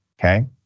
okay